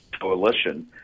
Coalition